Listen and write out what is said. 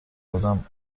ادم